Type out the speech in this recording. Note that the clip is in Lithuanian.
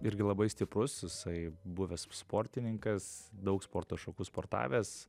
irgi labai stiprus jisai buvęs sportininkas daug sporto šakų sportavęs